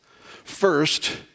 first